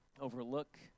overlook